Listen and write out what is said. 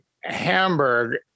Hamburg